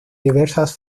diversas